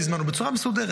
בצורה מסודרת,